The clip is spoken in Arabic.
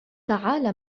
تعال